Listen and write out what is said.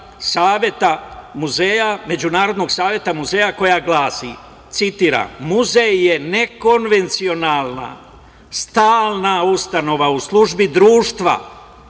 definicija Međunarodnog saveta muzeja, koja glasi, citiram - muzej je nekonvencionalna, stalna ustanova u službi društva